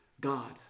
God